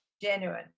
genuine